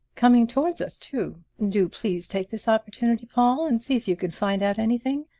coming toward us, too! do please take this opportunity, paul, and see if you can find out anything.